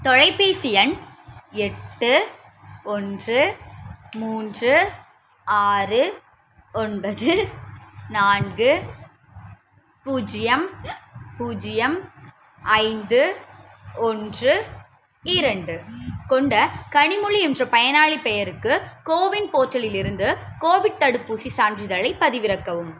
தொலைப்பேசி எண் எட்டு ஒன்று மூன்று ஆறு ஒன்பது நான்கு பூஜ்ஜியம் பூஜ்ஜியம் ஐந்து ஒன்று இரண்டு கொண்ட கனிமொழி என்ற பயனாளிப் பெயருக்கு கோவின் போர்ட்டலிலிருந்து கோவிட் தடுப்பூசிச் சான்றிதழைப் பதிவிறக்கவும்